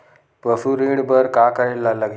पशु ऋण बर का करे ला लगही?